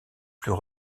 plus